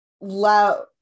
loud